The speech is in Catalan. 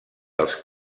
dels